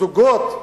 זוגות,